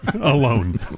Alone